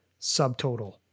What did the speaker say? subtotal